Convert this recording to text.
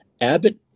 abbott